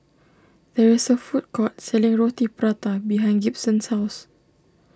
there is a food court selling Roti Prata behind Gibson's house